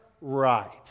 right